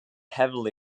heavily